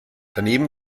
daneben